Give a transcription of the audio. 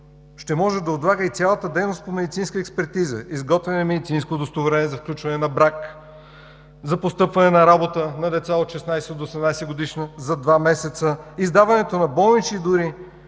ще може да отлага и цялата дейност по медицинска експертиза, изготвяне на медицинско за сключване на брак, за постъпване на работа на деца от 16 до 18-годишни – за два месеца, издаването на болнични дори,